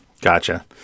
Gotcha